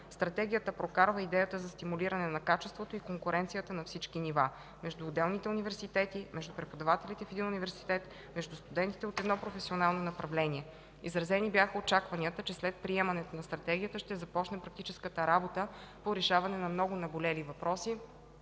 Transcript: Стратегията прокарва идеята за стимулиране на качеството и конкуренцията на всички нива: между отделните университети; между преподавателите в един университет; между студентите от едно професионално направление. Изразени бяха очакванията, че след приемането на Стратегията ще започне практическата работа по решаване на много наболели въпроси: